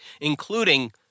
including